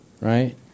right